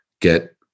get